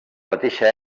mateixa